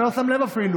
אתה לא שם לב אפילו.